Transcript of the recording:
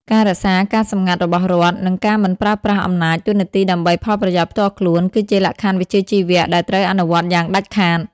ការរក្សាការសម្ងាត់របស់រដ្ឋ និងការមិនប្រើប្រាស់អំណាចតួនាទីដើម្បីផលប្រយោជន៍ផ្ទាល់ខ្លួន គឺជាលក្ខខណ្ឌវិជ្ជាជីវៈដែលត្រូវអនុវត្តយ៉ាងដាច់ខាត។